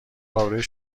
آبروی